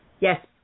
Yes